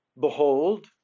behold